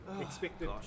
Expected